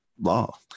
law